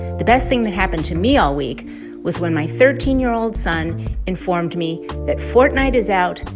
the best thing that happened to me all week was when my thirteen year old son informed me that fortnite is out,